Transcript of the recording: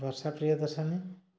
ବର୍ଷା ପ୍ରିୟଦର୍ଶନୀ